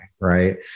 right